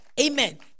Amen